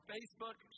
Facebook